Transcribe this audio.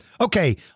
Okay